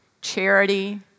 charity